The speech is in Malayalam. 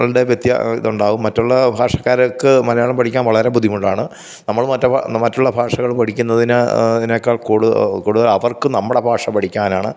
ങ്ങളുടെ വ്യത്യാസം ഇതുണ്ടാകും മറ്റുള്ള ഭാഷക്കാർക്ക് മലയാളം പഠിക്കാൻ വളരെ ബുദ്ധിമുട്ടാണ് നമ്മൾ മറ്റ് മറ്റുള്ള ഭാഷകൾ പഠിക്കുന്നതിന് ഇതിനേക്കാൾ കൂടുതൽ കൂടുതൽ അവർക്ക് നമ്മുടെ ഭാഷ പഠിക്കാനാണ്